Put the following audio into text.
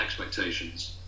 expectations